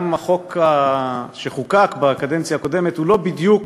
גם החוק שחוקק בקדנציה הקודמת הוא לא בדיוק